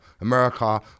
America